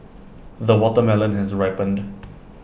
the watermelon has ripened